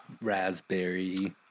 raspberry